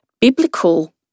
biblical